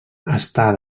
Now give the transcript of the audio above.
està